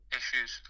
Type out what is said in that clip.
issues